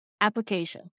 application